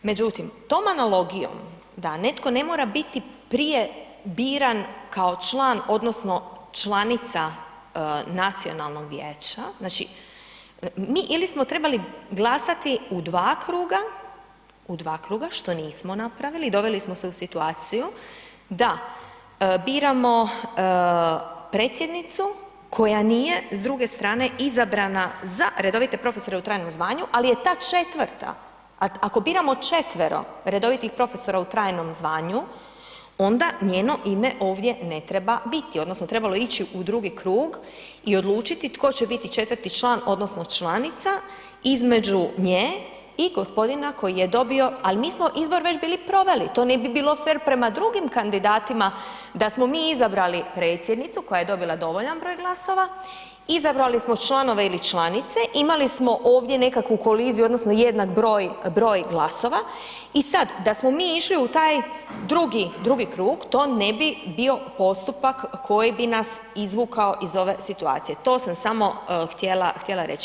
Međutim, tom analogijom da netko ne mora biti prije biran kao član odnosno članica nacionalnog vijeća, znači mi ili smo trebali glasati u dva kruga, u dva kruga, što nismo napravili i doveli smo se u situaciju da biramo predsjednicu koja nije s druge strane izabrana za redovite profesore u trajnom zvanju, al je ta 4-ta, ako biramo 4-ero redovitih profesora u trajnom zvanju onda njeno ime ovdje ne treba biti odnosno trebalo je ići u drugi krug i odlučiti tko će biti 4-ti član odnosno članica između nje i gospodina koji je dobio, ali mi smo izbor već bili proveli, to ne bi bilo prema drugim kandidatima da smo mi izabrali predsjednicu koja je dobila dovoljan broj glasova, izabrali smo članove ili članice, imali smo ovdje nekakvu koliziju odnosno jednak broj glasova i sad da smo mi išli u taj drugi krug, to ne bi bio postupak koji bi nas izvukao iz ove situacije, to sam samo htjela reći.